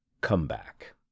comeback